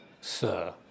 sir